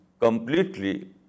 completely